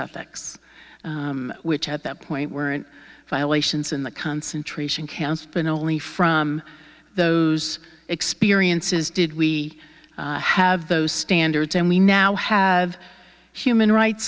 ethics which at that point weren't violations in the concentration camps but only from those experiences did we have those standards and we now have human rights